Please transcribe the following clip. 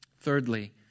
Thirdly